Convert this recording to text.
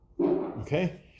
Okay